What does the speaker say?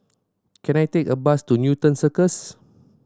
can I take a bus to Newton Circus